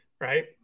Right